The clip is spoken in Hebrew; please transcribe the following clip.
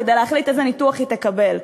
כדי להחליט איזה ניתוח היא תקבל,